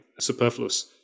superfluous